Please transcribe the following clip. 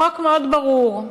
החוק מאוד ברור,